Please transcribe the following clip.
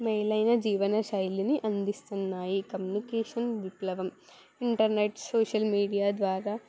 మెలైన జీవన శైలిని అందిస్తున్నాయి కమ్యూనికేషన్ విప్లవం ఇంటర్నెట్ సోషల్ మీడియా ద్వారా